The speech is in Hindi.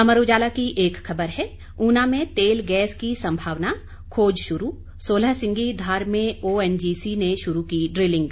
अमर उजाला की एक खबर है ऊना में तेल गैस की संभावना खोज शुरू सोलहसिंगी धार में ओएनजीसी ने शुरू की ड्रिलिंग